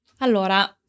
Allora